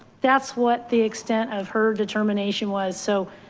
that's what the extent of her determination was. so.